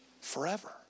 forever